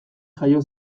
jaio